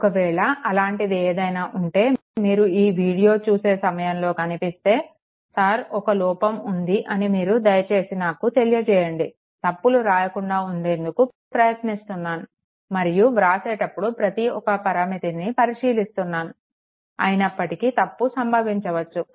ఒకవేళ అలాంటిది ఏదైనా ఉంటే మీరు ఈ వీడియో చూసే సమయంలో కనిపిస్తే సార్ అక్కడ లోపం ఉంది అని మీరు దయచేసి నాకు తెలియజేయండి తప్పులు రాకుండా ఉండేందుకు ప్రయత్నిస్తున్నాను మరియు వ్రాసేటప్పుడు ప్రతి ఒక పరామితిని పరిశీలిస్తున్నాను అయినప్పటికి తప్పు సంభవించవచ్చు